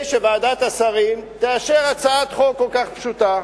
מה עוד צריך כדי שוועדת השרים תאשר הצעת חוק כל כך פשוטה?